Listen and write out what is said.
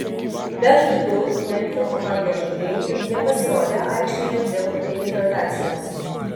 bent du memfio komandos žaidėjai nepasirodė aikštėje dėl dehidratacijos